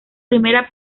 primera